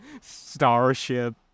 starship